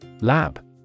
Lab